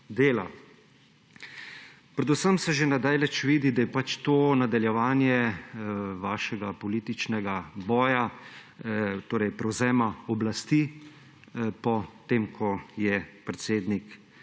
dela. Predvsem se že na daleč vidi, da je pač to nadaljevanje vašega političnega boja, torej prevzema oblasti, potem ko je predsednik